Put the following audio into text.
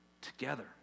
together